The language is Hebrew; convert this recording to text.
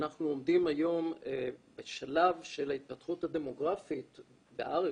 אנחנו עומדים היום בשלב של ההתפתחות הדמוגרפית בארץ,